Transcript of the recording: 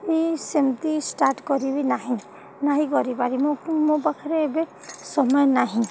ସେମିତି ଷ୍ଟାର୍ଟ୍ କରିବି ନାହିଁ ନାହିଁ କରିପାରିବି ମୋ ମୋ ପାଖରେ ଏବେ ସମୟ ନାହିଁ